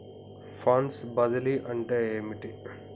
Funds బదిలీ అంటే ఏమిటి?